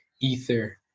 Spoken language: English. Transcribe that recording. ether